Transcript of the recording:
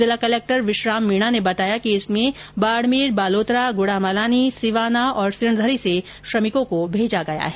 जिला कलेक्टर विश्राम मीणा ने बताया कि इसमें बाड़मेर बालोतरा गुड़ामालानी सिवाना और सिणधरी से श्रमिकों को भेजा गया है